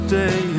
day